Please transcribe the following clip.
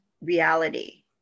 reality